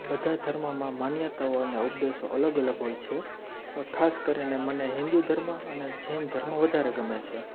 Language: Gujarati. બધા ધર્મમાં માન્યતાઓ અને ઉપદેશો અલગ અલગ હોય છે હવે ખાસ કરીને મને હિન્દુ ધર્મ અને જૈન ધર્મ વધારે ગમે છે